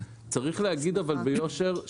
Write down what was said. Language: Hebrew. אבל צריך להגיד ביושר,